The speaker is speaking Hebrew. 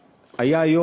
רבה,